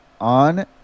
on